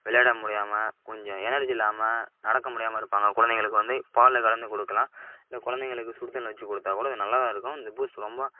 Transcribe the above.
விளையாட முடியாமல் கொஞ்சம் எனர்ஜி இல்லாமல் நடக்க முடியாமல் இருப்பாங்க குழந்தைங்களுக்கு வந்து பாலில் கலந்து கொடுக்குலாம் இல்லை குழந்தைங்களுக்கு சுடு தண்ணியில் வச்சு கொடுத்தா கூட இது நல்லா தான் இருக்கும் இந்த பூஸ்ட் ரொம்ப